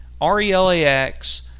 R-E-L-A-X